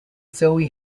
zoe